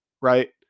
Right